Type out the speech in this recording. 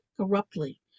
corruptly